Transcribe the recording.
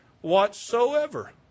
whatsoever